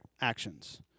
actions